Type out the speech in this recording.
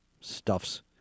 stuffs